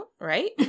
right